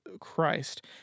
Christ